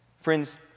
Friends